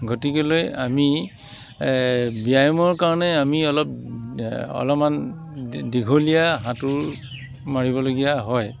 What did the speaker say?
গতিকেলৈ আমি ব্যায়ামৰ কাৰণে আমি অলপ অলপমান দীঘলীয়া সাঁতোৰ মাৰিবলগীয়া হয়